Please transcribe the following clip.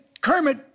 Kermit